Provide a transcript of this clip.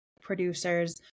producers